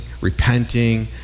repenting